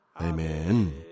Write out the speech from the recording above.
Amen